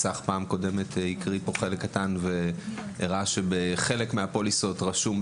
בפעם הקודמת צח הקריא פה חלק קטן והראה שבחלק מהפוליסות רשום,